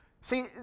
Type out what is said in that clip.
See